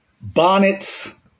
bonnets